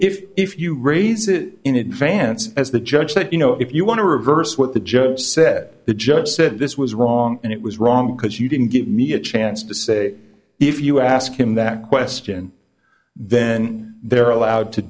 if if you raise it in advance as the judge said you know if you want to reverse what the judge said the judge said this was wrong and it was wrong because you didn't give me a chance to say if you ask him that question then they're allowed to